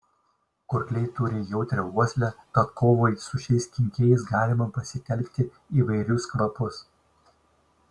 kurkliai turi jautrią uoslę tad kovai su šiais kenkėjais galima pasitelkti įvairius kvapus